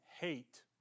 Hate